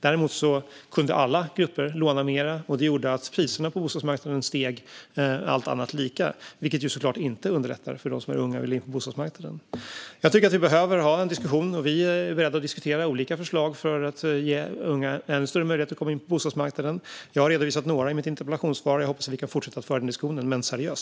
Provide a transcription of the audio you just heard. Däremot kunde alla grupper låna mer, och det gjorde att priserna på bostadsmarknaden steg, allt annat lika, vilket såklart inte underlättade för dem som är unga och vill in på bostadsmarknaden. Jag tycker att vi behöver ha en diskussion. Vi är beredda att diskutera olika förslag för att ge unga bättre möjligheter att komma in på bostadsmarknaden. Jag har redovisat några i mitt interpellationssvar. Jag hoppas att vi kan fortsätta att föra diskussionen, men seriöst.